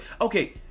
okay